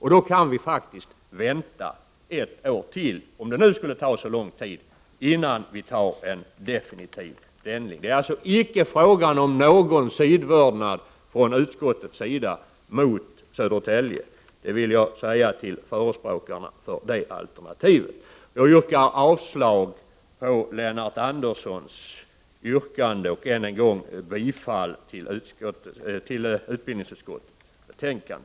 Vi kan faktiskt vänta ett år till, om det nu skulle ta så lång tid, innan vi fattar definitivt beslut i ärendet. Det är alltså icke fråga om någon sidvördnad från utskottets sida mot Södertälje. Det vill jag säga till förespråkarna för det alternativet. Jag yrkar avslag på Lennart Anderssons yrkande och än en gång bifall till utbildningsutskottets förslag.